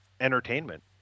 entertainment